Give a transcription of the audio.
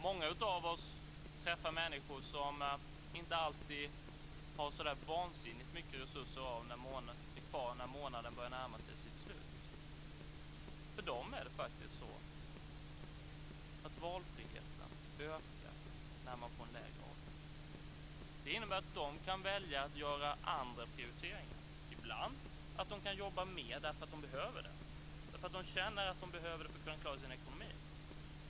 Många av oss träffar människor som inte alltid har så vansinnigt mycket resurser kvar när månaden börjar närma sig sitt slut. För dem ökar valfriheten när de får en lägre avgift. Det innebär att de kan välja att göra andra prioriteringar. Ibland kan de jobba mer, därför att de känner att de behöver det för att klara sin ekonomi.